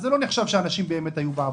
אז זה לא נחשב שאנשים באמת היו בעבודה.